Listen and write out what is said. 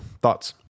thoughts